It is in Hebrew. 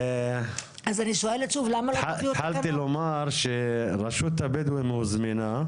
טוב התחלתי לומר שרשות הבדואים הוזמנה,